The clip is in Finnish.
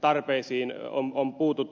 tarpeisiin on puututtu hyvin